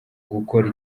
gukora